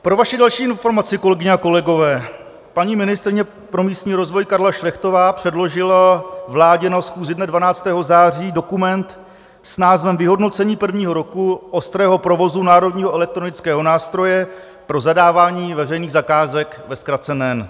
Pro vaši další informaci, kolegyně a kolegové, paní ministryně pro místní rozvoj Karla Šlechtová předložila vládě na schůzi 12. září dokument s názvem Vyhodnocení prvního roku ostrého provozu Národního elektronického nástroje pro zadávání veřejných zakázek, ve zkratce NEN.